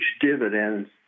dividends